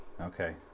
Okay